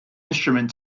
instrument